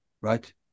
right